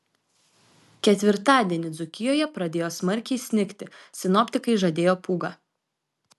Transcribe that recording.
ketvirtadienį dzūkijoje pradėjo smarkiai snigti sinoptikai žadėjo pūgą